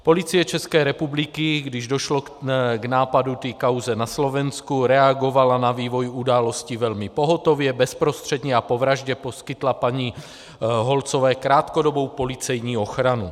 Policie České republiky, když došlo k nápadu té kauzy na Slovensku, reagovala na vývoj událostí velmi pohotově, bezprostředně a po vraždě poskytla paní Holcové krátkodobou policejní ochranu.